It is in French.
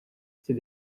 ces